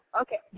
okay